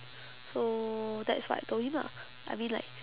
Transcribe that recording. so that's what I told him lah I mean like